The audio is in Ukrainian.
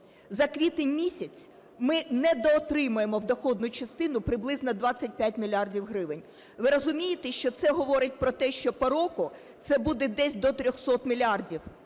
За квітень місяць ми недоотримаємо в доходну частину приблизно 25 мільярдів гривень. Ви розумієте, що це говорить про те, що по року це буде десь до 300 мільярдів